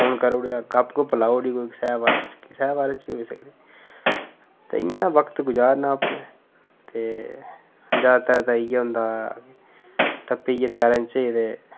phone करूड़ेआ गप्प गुप्प लाई उड़ी कोई कुसै दे बारे च कुसै दे बारे च बी होई सकदी ते इयां ना वक्त गजारना अपना ते ज्यादातर ते इयां होंदा टप्पियै दयारें च